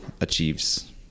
achieves